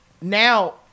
now